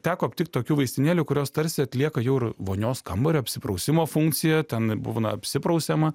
teko aptikt tokių vaistinėlių kurios tarsi atlieka jau ir vonios kambario apsiprausimo funkciją ten būna apsiprausiama